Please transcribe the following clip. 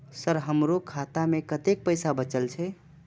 Sir हमरो खाता में कतेक पैसा बचल छे?